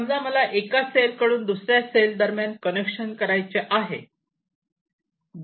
समजा मला एका सेल कडून दुसऱ्या सेल दरम्यान कनेक्शन करायचे आहे